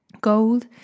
gold